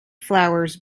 flowers